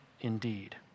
indeed